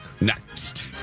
next